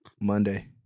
Monday